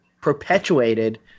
perpetuated